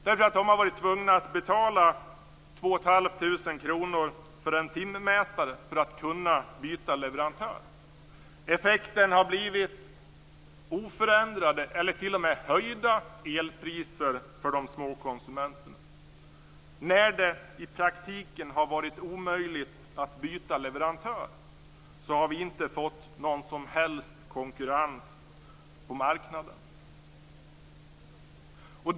De har varit tvungna att betala 2 500 kr för en timmätare för att kunna byta leverantör. Effekten har blivit oförändrade eller t.o.m. höjda elpriser för de små konsumenterna. När det i praktiken har varit omöjligt att byta leverantör har det inte blivit någon som helst konkurrens på marknaden.